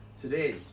today